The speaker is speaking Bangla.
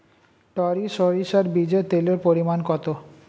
টরি সরিষার বীজে তেলের পরিমাণ কত?